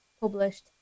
published